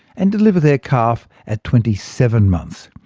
and deliver their calf at twenty seven months.